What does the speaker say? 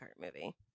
movie